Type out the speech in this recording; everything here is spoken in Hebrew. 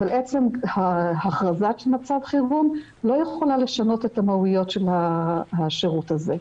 אבל עצם הכרזת מצב חירום לא יכולה לשנות את המהות של השירות הזה.